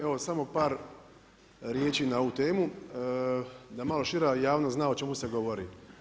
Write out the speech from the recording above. Evo samo par riječi na ovu temu, da malo šira javnost zna o čemu se govori.